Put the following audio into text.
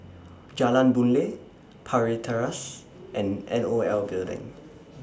Jalan Boon Lay Parry Terrace and N O L Building